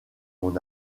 mon